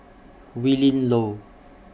Willin Low